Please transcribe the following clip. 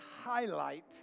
highlight